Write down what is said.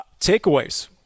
Takeaways